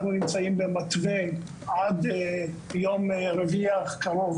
אנחנו נמצאים במתווה עד יום רביעי האחרון,